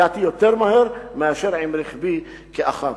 הגעתי יותר מהר מאשר עם רכבי כאח"מ.